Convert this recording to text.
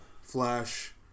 Flash